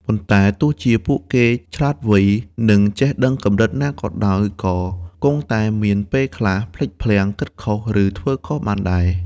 ប៉ុន្តែទោះជាពួកគេឆ្លាតវៃ និងចេះដឹងកម្រិតណាក៏ដោយ ក៏គង់តែមានពេលខ្លះភ្លេចភ្លាំង គិតខុស ឬធ្វើខុសបានដែរ។